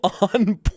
on